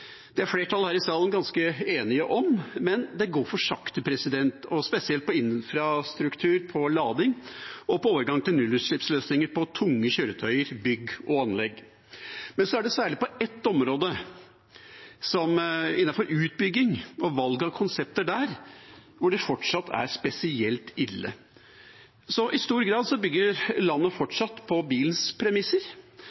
det er flertallet her i salen ganske enige om. Men det går for sakte, spesielt når det gjelder infrastruktur for lading og overgang til nullutslippsløsninger på tunge kjøretøyer, bygg og anlegg. Men særlig på ett område, innenfor utbygging og valg av konsepter, er det fortsatt spesielt ille. I stor grad bygger landet